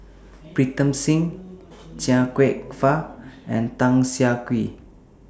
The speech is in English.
Pritam Singh Chia Kwek Fah and Tan Siah Kwee